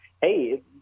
hey